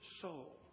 soul